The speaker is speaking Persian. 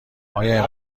آیا